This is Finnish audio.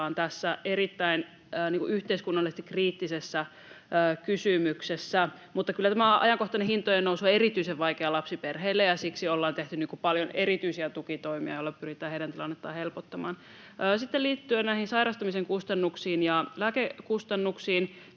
tässä yhteiskunnallisesti erittäin kriittisessä kysymyksessä. Mutta kyllä tämä ajankohtainen hintojen nousu on erityisen vaikea lapsiperheille, ja siksi ollaan tehty paljon erityisiä tukitoimia, joilla pyritään heidän tilannettaan helpottamaan. Sitten liittyen näihin sairastumisen kustannuksiin ja lääkekustannuksiin: